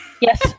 Yes